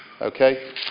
Okay